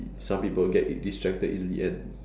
some people get distracted easily and